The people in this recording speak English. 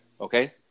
Okay